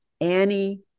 Annie